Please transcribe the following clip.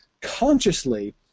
consciously